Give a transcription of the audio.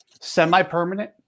semi-permanent